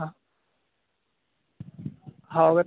हां हो ए